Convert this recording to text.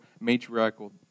matriarchal